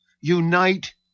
Unite